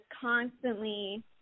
constantly